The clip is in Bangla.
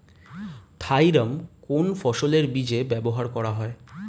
থাইরাম কোন ফসলের বীজে ব্যবহার করা হয়?